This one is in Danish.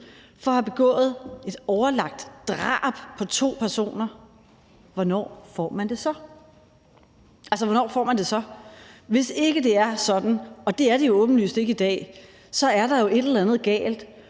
for at have begået et overlagt drab på to personer, hvornår får man det så? Altså, hvornår får man det så? Hvis ikke det er sådan – og det er det jo åbenlyst ikke i dag – er der jo et eller andet galt.